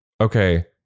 okay